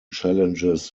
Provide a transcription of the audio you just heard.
challenges